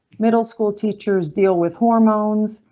middle school teachers deal with hormones.